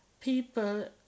people